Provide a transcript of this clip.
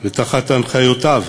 ותחת הנחיותיו,